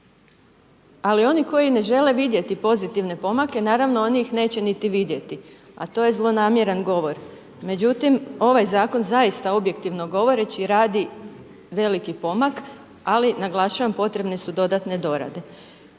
ali oni koji ne žele vidjeti pozitivne pomake, naravno oni ih neće niti vidjeti, a to je zlonamjeran govor. Međutim ovaj zakon zaista, objektivno govoreći, radi veliki pomak, ali naglašavam, potrebne su dodatne dorade.